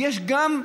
יש גם,